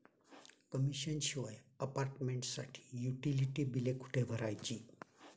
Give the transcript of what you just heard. Commission शिवाय अपार्टमेंटसाठी utility बिले कुठे भरायची?